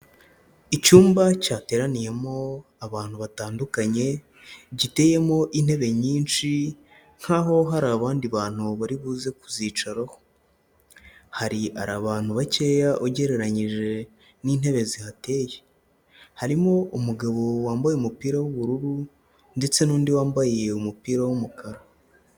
Icyumba cyateraniyemo abantu batandukanye, giteyemo intebe nyinshi, nkaho hari abandi bantu bari buze kuzicaro. Hari abantu bakeya ugereranyije n'intebe zihateye. Harimo umugabo wambaye umupira w'ubururu, ndetse n'undi wambaye umupira w'umukara.